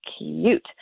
cute